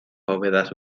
bóvedas